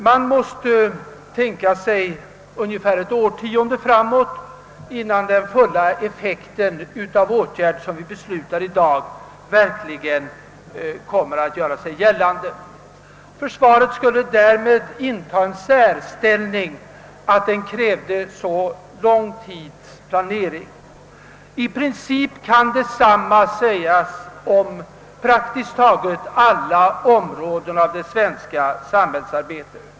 Man måste tänka ungefär ett årtionde framåt för att finna den fulla effekten av åtgärder som vi beslutar i dag. Försvaret skulle alltså inta en särställning genom att det kräver så lång tids planering. I princip kan emellertid detsamma sägas om praktiskt taget alla områden av det svenska samhällsarbetet.